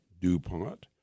Dupont